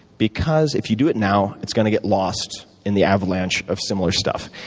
because if you do it now, it's going to get lost in the avalanche of similar stuff.